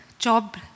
job